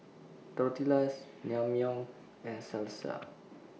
Tortillas Naengmyeon and Salsa